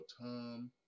Tom